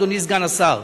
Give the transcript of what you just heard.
אדוני סגן השר,